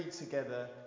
together